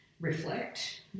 reflect